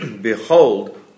Behold